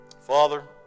Father